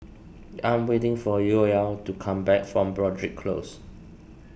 I am waiting for Yoel to come back from Broadrick Close